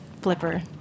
flipper